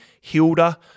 Hilda